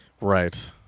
Right